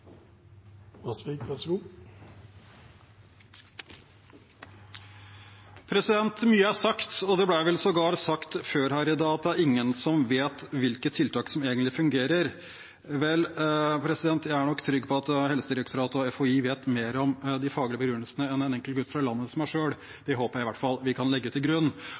Mye er sagt, og det ble vel sågar sagt før her i dag at det er ingen som vet hvilke tiltak som egentlig fungerer. Vel, jeg er trygg på at Helsedirektoratet og FHI vet mer om de faglige begrunnelsene enn det en enkel gutt fra landet, som meg selv, gjør. Det håper jeg i hvert fall vi kan legge til grunn.